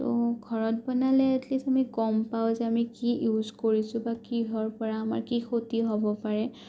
ঘৰত বনালে এটলিষ্ট আমি গম পাওঁ যে আমি কি ইউজ কৰিছোঁ বা কিহৰ পৰা আমাৰ কি ক্ষতি হ'ব পাৰে